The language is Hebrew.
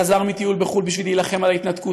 חזר מטיול בחו"ל בשביל להילחם על ההתנתקות,